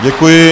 Děkuji.